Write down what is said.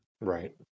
Right